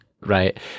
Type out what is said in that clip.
right